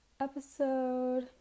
episode